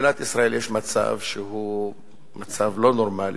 במדינת ישראל יש מצב שהוא מצב לא נורמלי,